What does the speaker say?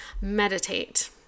meditate